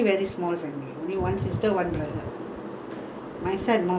inside but we were very close after the marriage ah my sister-in-law also